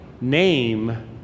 name